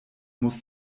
muss